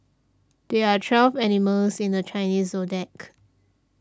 there are twelve animals in the Chinese zodiac